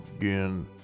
again